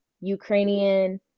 Ukrainian